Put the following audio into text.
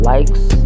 Likes